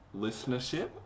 listenership